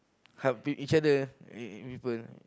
helping each other and people